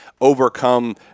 overcome